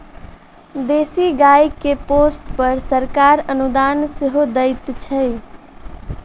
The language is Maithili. देशी गाय के पोसअ पर सरकार अनुदान सेहो दैत छै